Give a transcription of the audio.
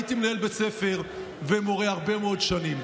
הייתי מנהל בית ספר ומורה הרבה מאוד שנים.